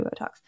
botox